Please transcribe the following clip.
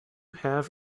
have